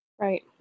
right